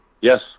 Yes